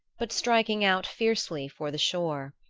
but striking out fiercely for the shore.